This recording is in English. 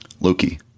Loki